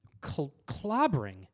clobbering